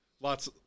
Lots